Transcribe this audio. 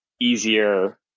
easier